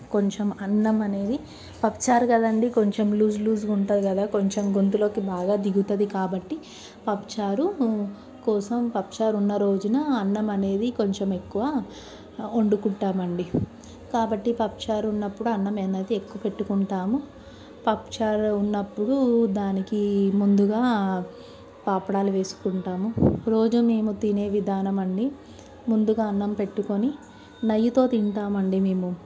కొంచెం అన్నం అనేది పప్పుచారు కదండీ కొంచెం లూజ్ లూజ్గా ఉంటది కదా కొంచెం గొంతులోకి బాగా దిగుతది కాబట్టి పప్పు చారు కోసం పప్పుచారు ఉన్న రోజున అన్నం అనేది కొంచెం ఎక్కువ వండుకుంటామండి కాబట్టి పప్పుచారు ఉన్నప్పుడు అన్నం అనేది ఎక్కువ పెట్టుకుంటాము పప్పుచారు ఉన్నప్పుడు దానికి ముందుగా పాపడాలు వేసుకుంటాము రోజు మేము తినే విధానం అండి ముందుగా అన్నం పెట్టుకొని నెయ్యితో తింటాం అండి మేము